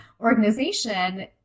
organization